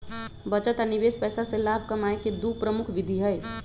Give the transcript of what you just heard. बचत आ निवेश पैसा से लाभ कमाय केँ दु प्रमुख विधि हइ